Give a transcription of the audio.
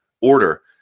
order